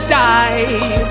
die